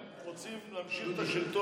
הם רוצים להמשיך את השלטון,